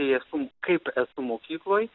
kai esu kaip esu mokykloj